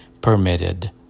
permitted